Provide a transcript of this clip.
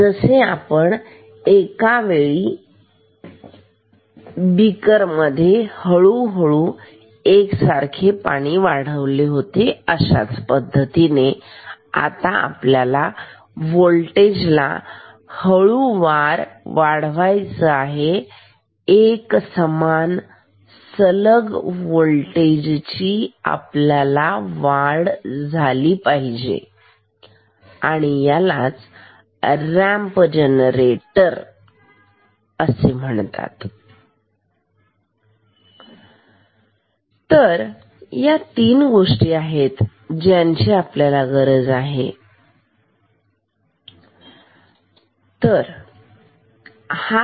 जसे आपण एका वेळेमध्ये बिकर मधील पाणी हळूहळू आणि एक समान वाढवले होते अशाच पद्धतीने आपल्याला व्होल्टेज ला हळुवार वाढवण्याची गरज आहे एकसमान सलग होल्टेज ची वाढ झाली पाहिजे आणि यालाच रॅम्प जनरेटर असे म्हणतात तर या तीन गोष्टी आहेत ज्यांची आपल्याला गरज आहे हा